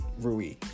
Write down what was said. Rui